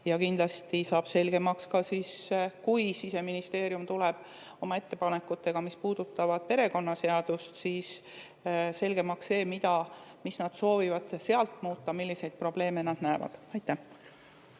Kindlasti saab see selgemaks ka siis, kui Siseministeerium tuleb oma ettepanekutega, mis puudutavad perekonnaseadust, mida nad soovivad seal muuta, milliseid probleeme nad näevad. Aitäh!